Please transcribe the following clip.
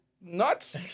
nuts